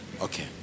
Okay